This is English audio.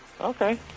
Okay